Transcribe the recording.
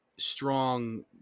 Strong